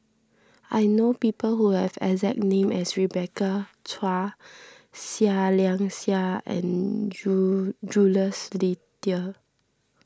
I know people who have the exact name as Rebecca Chua Seah Liang Seah and Jules Itier